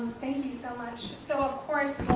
thank you so much. so of course.